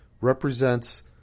represents